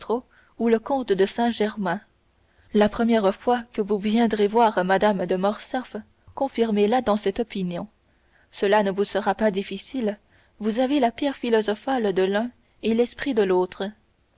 ou le comte de saint-germain la première fois que vous viendrez voir mme de morcerf confirmez la dans cette opinion cela ne vous sera pas difficile vous avez la pierre philosophale de l'un et l'esprit de l'autre